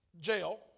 jail